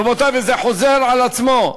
רבותי, זה חוזר על עצמו.